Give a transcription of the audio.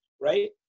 Right